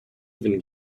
even